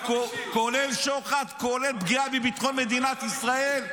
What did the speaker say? -- כולל שוחד, כולל פגיעה בביטחון מדינת ישראל?